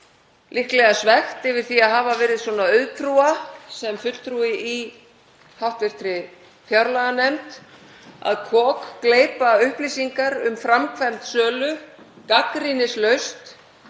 líklega svekkt yfir því að hafa verið svona auðtrúa sem fulltrúi í hv. fjárlaganefnd að kokgleypa upplýsingar um framkvæmd sölunnar gagnrýnislaust,